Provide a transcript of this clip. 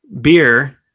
beer